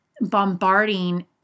bombarding